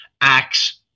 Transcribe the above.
acts